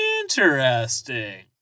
Interesting